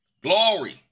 glory